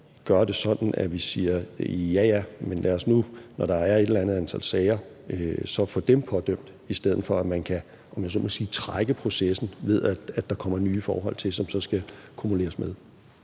gøre det sådan, at vi siger, at når der er et eller andet antal sager, så får vi dem pådømt, i stedet for at man, om jeg så må sige, kan trække processen, ved at der kommer nye forhold til, som så skal kumuleres med.